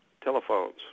telephones